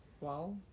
Wow